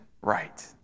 right